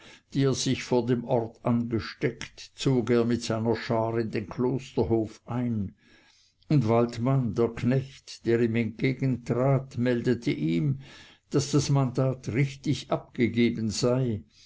die er sich vor dem ort angesteckt zog er mit seiner schar in den klosterhof ein und waldmann der knecht der ihm entgegentrat meldete ihm daß das mandat richtig abgegeben sei